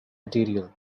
material